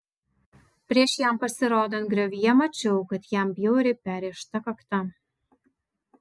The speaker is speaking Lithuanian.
prieš jam pasirodant griovyje mačiau kad jam bjauriai perrėžta kakta